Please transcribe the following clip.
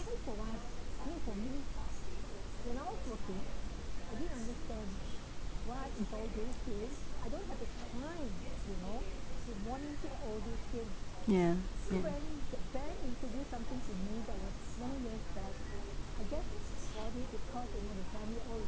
yeah mm